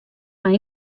mei